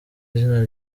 izina